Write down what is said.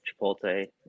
Chipotle